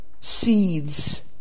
seeds